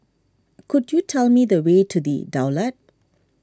could you tell me the way to the Daulat